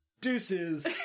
deuces